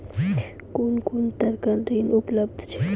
कून कून तरहक ऋण उपलब्ध छै?